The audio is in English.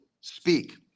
speak